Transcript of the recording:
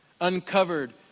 Uncovered